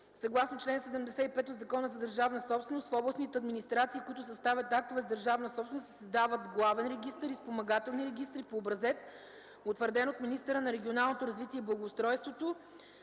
Съгласно чл. 75 от Закона за държавната собственост в областните администрации, които създават актове за държавна собственост, се създават главен регистър и спомагателни регистри по образец, утвърден от министъра на регионалното развитие и благоустройството,